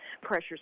pressures